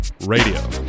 Radio